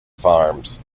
farms